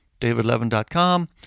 davidlevin.com